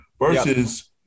Versus